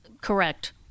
correct